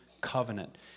covenant